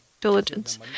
diligence